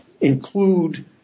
include